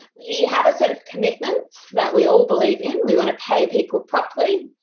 we have set of commitments that we all believe in. we want to pay people properly.